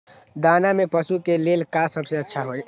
दाना में पशु के ले का सबसे अच्छा होई?